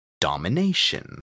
Domination